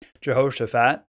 Jehoshaphat